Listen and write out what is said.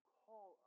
call